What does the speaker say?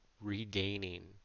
regaining